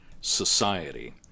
society